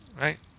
Right